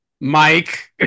Mike